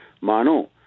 mano